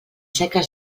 seques